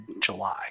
July